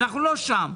אנחנו לא שם.